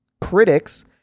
Critics